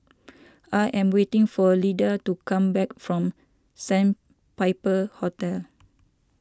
I am waiting for Lida to come back from Sandpiper Hotel